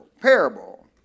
parable